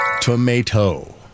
Tomato